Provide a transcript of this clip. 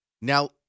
Now